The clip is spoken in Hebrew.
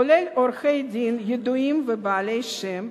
כולל עורכי-דין ידועים ובעלי שם,